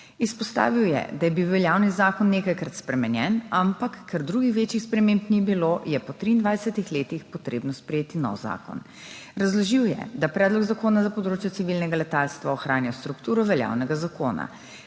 Izpostavil je, da je bil veljavni zakon nekajkrat spremenjen, ampak ker drugih večjih sprememb ni bilo, je po 23 letih treba sprejeti nov zakon. Razložil je, da predlog zakona na področju civilnega letalstva ohranja strukturo veljavnega zakona,